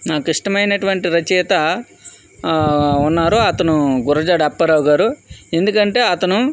నాకు ఇష్టమైనటువంటి రచయిత ఉన్నారు అతను గురజాడ అప్పారావు గారు ఎందుకంటే అతను